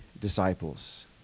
disciples